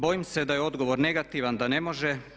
Bojim se da je odgovor negativan, da ne može.